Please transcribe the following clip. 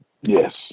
Yes